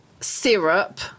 syrup